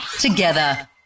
together